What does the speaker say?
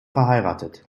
verheiratet